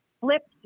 flipped